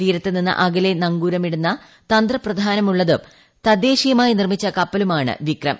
തീരത്ത് നിന്ന് അകലെ നങ്കൂരമിടുന്ന തന്ത്രപ്രധാന്യമുള്ളതും തദ്ദേശീയവുമായി നിർമ്മിച്ച കപ്പലാണ് വിക്രം